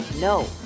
no